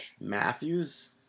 Matthews